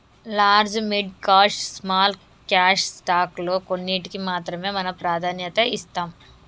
large mid cash small cash stock లో కొన్నింటికీ మాత్రమే మనం ప్రాధాన్యత ఇస్తాం